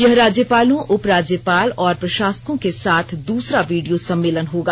यह राज्यपालों उपराज्यपाल और प्रशासकों के साथ दूसरा वीडियो सम्मेलन होगा